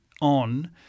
on